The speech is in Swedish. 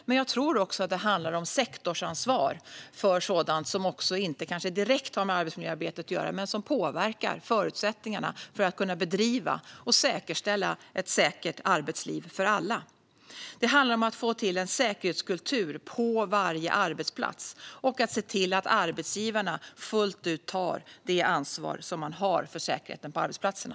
Men jag tror också att det handlar om sektorsansvar för sådant som kanske inte direkt har med arbetsmiljöarbetet att göra men som påverkar förutsättningarna för att bedriva och säkerställa ett säkert arbetsliv för alla. Det handlar om att få till en säkerhetskultur på varje arbetsplats och se till att arbetsgivarna fullt ut tar det ansvar som de har för säkerheten på arbetsplatserna.